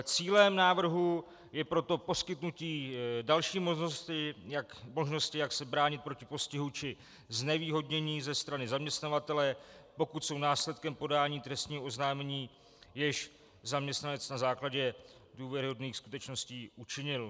Cílem předkládaného návrhu je proto poskytnutí další možnosti, jak se bránit proti postihu či znevýhodnění ze strany zaměstnavatele, pokud jsou následkem podání trestního oznámení, jež zaměstnanec na základě důvěryhodných skutečností učinil.